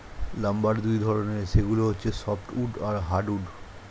lumber দুই ধরনের, সেগুলো হচ্ছে সফ্ট উড আর হার্ড উড